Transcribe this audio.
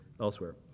elsewhere